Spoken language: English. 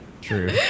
True